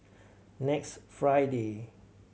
next Friday